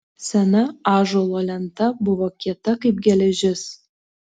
sena ąžuolo lenta buvo kieta kaip geležis